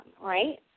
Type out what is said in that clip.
right